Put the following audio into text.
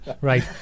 Right